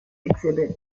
exhibits